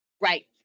right